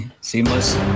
Seamless